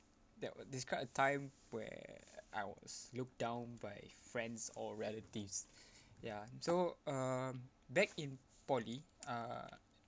that we~ describe a time where I was looked down by friends or relatives ya so um back in poly uh